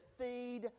feed